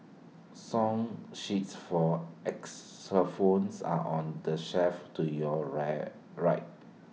song sheets for xylophones are on the shelf to your right right